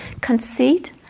Conceit